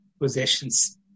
possessions